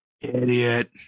Idiot